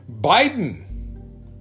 Biden